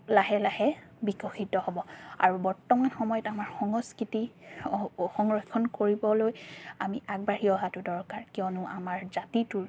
লাহে লাহে বিকশিত হ'ব আৰু বৰ্তমান সময়ত আমাৰ সংস্কৃতি সংৰক্ষণ কৰিবলৈ আমি আগবাঢ়ি অহাটো দৰকাৰ কিয়নো আমাৰ জাতিটোৰ